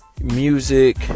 music